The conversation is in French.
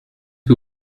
que